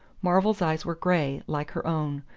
marvell's eyes were grey, like her own,